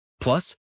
Plus